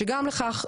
כשגם בכך,